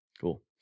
cool